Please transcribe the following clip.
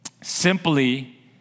Simply